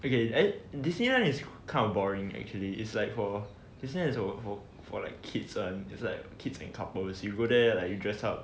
okay eh Disneyland is kind of boring actually it's like for Disneyland for for for like kids [one] it's like kids and couples you go there like you dress up